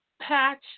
Patch